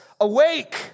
Awake